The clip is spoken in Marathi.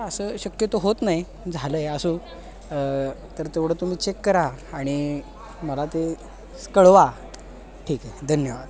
असं शक्यतो होत नाही झालं आहे असो तर तेवढं तुम्ही चेक करा आणि मला ते कळवा ठीक आहे धन्यवाद